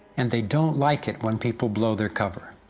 and they don't like it when people blow their cover.